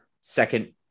second